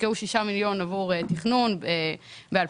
הושקעו 6 מיליון עבור תכנון ב-2020-2019.